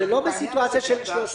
זה לא בסיטואציה של 13(א)(3).